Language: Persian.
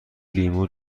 لیمو